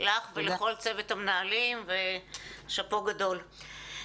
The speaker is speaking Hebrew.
לך ולכל צוות המנהלים ושאפו גדול.